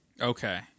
Okay